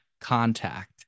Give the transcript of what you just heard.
contact